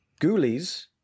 Ghoulies